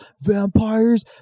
vampires